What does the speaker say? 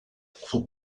for